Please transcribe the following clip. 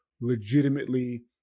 legitimately